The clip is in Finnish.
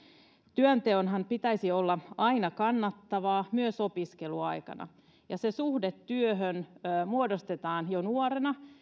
työnteonhan pitäisi olla aina kannattavaa myös opiskeluaikana suhde työhön muodostetaan jo nuorena